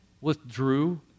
withdrew